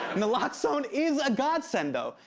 naloxone is a godsend, though,